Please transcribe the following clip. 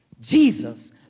Jesus